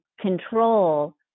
control